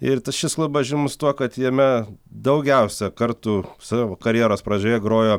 ir t šis klubas žymus tuo kad jame daugiausia kartų savo karjeros pradžioje grojo